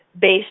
based